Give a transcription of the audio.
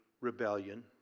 rebellion